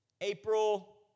April